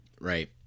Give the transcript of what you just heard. Right